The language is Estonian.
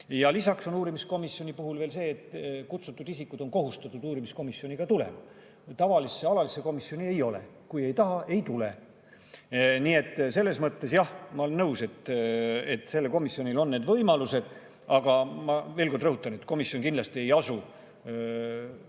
Lisaks on uurimiskomisjoni puhul veel see, et kutsutud isikud on kohustatud uurimiskomisjoni tulema. Tavalisse, alalisse komisjoni ei ole: kui ei taha, ei tule. Nii et selles mõttes, jah, ma olen nõus, et sellel komisjonil on need võimalused. Aga ma veel kord rõhutan, et komisjon kindlasti ei asu